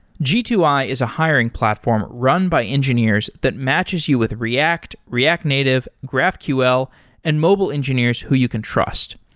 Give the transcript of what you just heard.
g two i is a hiring platform run by engineers that matches you with react, react native, graphql and mobile engineers who you can trust.